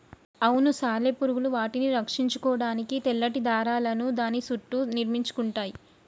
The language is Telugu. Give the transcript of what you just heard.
అవును సాలెపురుగులు వాటిని రక్షించుకోడానికి తెల్లటి దారాలను దాని సుట్టూ నిర్మించుకుంటయ్యి